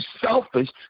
selfish